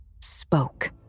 spoke